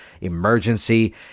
Emergency